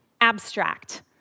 abstract